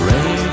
Rain